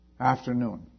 Afternoon